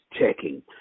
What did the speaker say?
checking